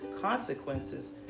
consequences